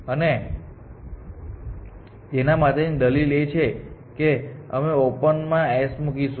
અને તેના માટેની દલીલ એ છે કે અમે ઓપનમાં S મૂકીશું